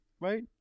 Right